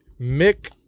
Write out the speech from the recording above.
Mick